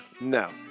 No